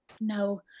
no